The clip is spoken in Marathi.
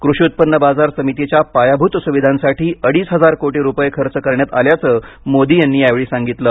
कृषी उत्पन्न बाजार समितीच्या पायाभूत सुविधांसाठी अडीच हजार कोटी रुपये खर्च करण्यात आल्याचं मोदी यांनी यावेळी सांगितलं